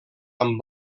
amb